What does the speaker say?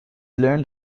learned